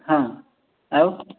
ହଁ ଆଉ